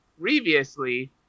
previously